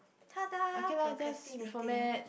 procrastinating